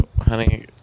honey